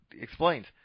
explains